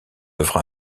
œuvre